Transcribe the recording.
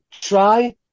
try